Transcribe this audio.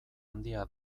handia